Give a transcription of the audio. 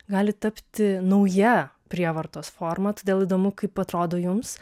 gali tapti nauja prievartos forma todėl įdomu kaip atrodo jums